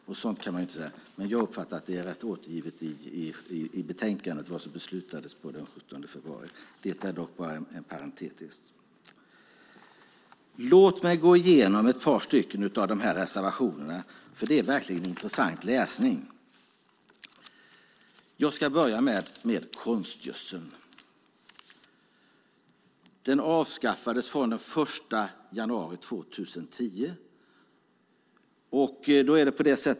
Jag uppfattar dock att det är korrekt återgivet i betänkandet vad som beslutades den 17 februari. Detta säger jag dock bara inom parentes. Låt mig gå igenom några av reservationerna. De är verkligen intressant läsning. Jag börjar med konstgödseln. Den skatten avskaffades från den 1 januari 2010.